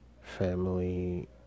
family